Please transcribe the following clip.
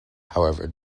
however